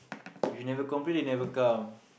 if you never complain they never come